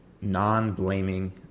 non-blaming